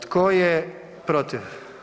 Tko je protiv?